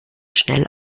schnell